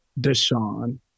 Deshaun